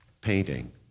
painting